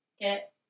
get